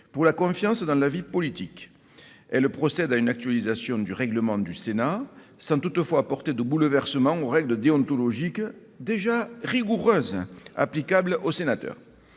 pour la confiance dans la vie politique. Elle procède à une actualisation du règlement du Sénat, sans toutefois bouleverser les règles déontologiques déjà rigoureuses applicables aux sénateurs.